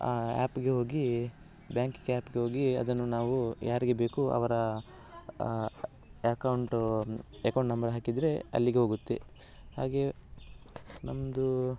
ಆ್ಯಪಿಗೆ ಹೋಗಿ ಬ್ಯಾಂಕಿಂಗ್ ಆ್ಯಪಿಗೆ ಹೋಗಿ ಅದನ್ನು ನಾವು ಯಾರಿಗೆ ಬೇಕು ಅವರ ಎಕೌಂಟ್ ಎಕೌಂಟ್ ನಂಬರ್ ಹಾಕಿದರೆ ಅಲ್ಲಿಗೆ ಹೋಗುತ್ತೆ ಹಾಗೇ ನಮ್ಮದು